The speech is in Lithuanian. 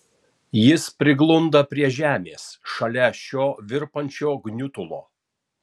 jis priglunda prie žemės šalia šio virpančio gniutulo